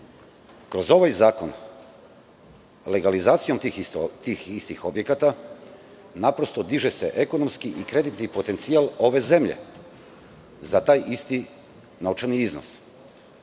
Kroz ovaj zakon, legalizacijom tih istih objekata, naprosto diže se ekonomski i kreditni potencijal ove zemlje za taj isti novčani iznos.